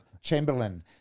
Chamberlain